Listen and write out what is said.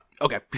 Okay